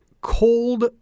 cold